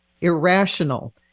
irrational